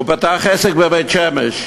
ופתח עסק בבית-שמש,